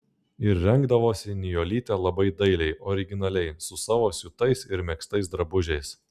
ir rengdavosi nijolytė labai dailiai originaliai savo siūtais ir megztais drabužiais